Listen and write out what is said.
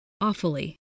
awfully